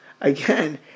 again